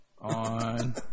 on